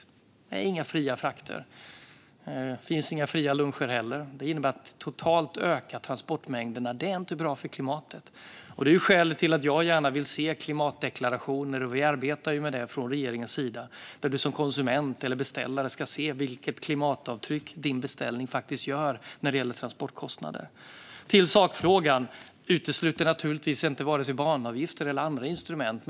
Men det finns inga fria frakter. Det finns inga fria luncher heller. Det innebär att transportmängderna ökar totalt. Det är inte bra för klimatet. Det är skälet till att jag gärna vill se klimatdeklarationer. Vi arbetar med det från regeringens sida. Du som konsument eller beställare ska se vilket klimatavtryck som din beställning faktiskt gör när det gäller transportkostnader. Till sakfrågan: Jag utesluter naturligtvis inte vare sig banavgifter eller andra instrument.